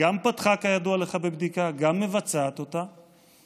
גם פתחה בבדיקה, כידוע לך, וגם מבצעת אותה.